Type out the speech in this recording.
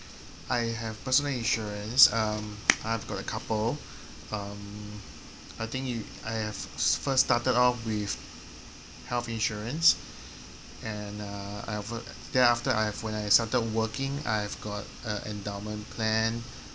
I have personal insurance um I have got a couple um I think you I have first started up with health insurance and uh I have a thereafter I have when I started working I have got a endowment plan